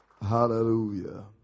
Hallelujah